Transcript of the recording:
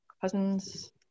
cousins